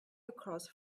across